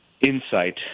insight